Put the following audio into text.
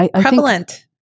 prevalent